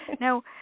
Now